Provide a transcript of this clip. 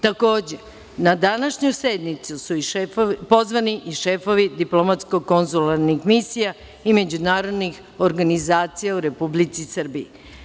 Takođe, na današnju sednicu su pozvani i šefovi diplomatsko konzularnih misija i međunarodnih organizacija u Republici Srbiji.